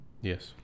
Yes